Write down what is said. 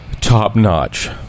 top-notch